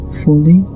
fully